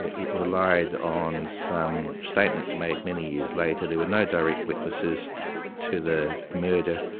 it relied on some statements made many years later, there were no direct witnesses to the murder,